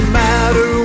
matter